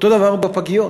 אותו דבר בפגיות.